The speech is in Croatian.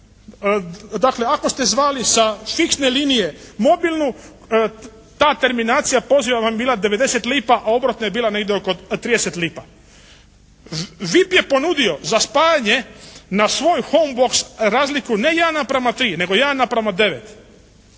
Dakle, ako ste zvali sa fiksne linije mobilnu, ta terminacija poziva vam je bila 90 lipa a obratno je bila negdje oko 30 lipa. VIP je ponudio za spajanje na svoju home box razliku ne 1:3 nego 1:9